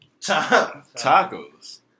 Tacos